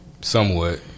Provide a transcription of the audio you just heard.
somewhat